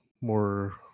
more